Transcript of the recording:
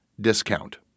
discount